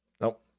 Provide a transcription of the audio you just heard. Nope